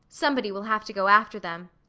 somebody will have to go after them.